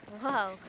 Whoa